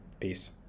peace